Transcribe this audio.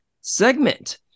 segment